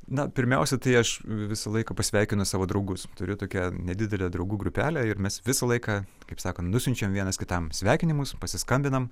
na pirmiausia tai aš visą laiką pasveikinu savo draugus turiu tokią nedidelę draugų grupelę ir mes visą laiką kaip sakant nusiunčiam vienas kitam sveikinimus pasiskambinam